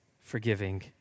forgiving